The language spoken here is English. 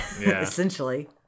essentially